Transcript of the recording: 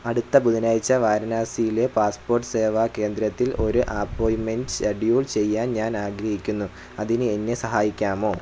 അടുത്ത ബുധനാഴ്ച വാരണാസിയിലെ പാസ്പോർട്ട് സേവാ കേന്ദ്രത്തിൽ ഒരു അപ്പോയിൻ്റ്മെൻ്റ് ഷെഡ്യൂൾ ചെയ്യാൻ ഞാൻ ആഗ്രഹിക്കുന്നു അതിന് എന്നെ സഹായിക്കാമോ